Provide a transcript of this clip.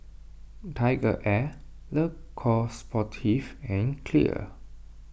TigerAir Le Coq Sportif and Clear